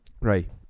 Right